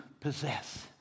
possess